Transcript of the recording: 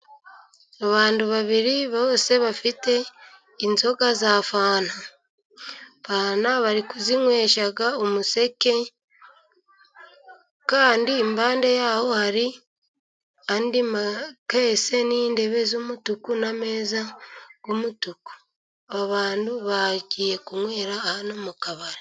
Abantu babiri bafite inzoga za fanta. Fanta bari kuzinywesha umuseke kandi impande yaho hari andi makesi n'intebe z'umutuku, n'ameza y'umutuku abantu bagiye kunywera hano mu kabari.